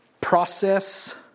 process